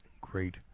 great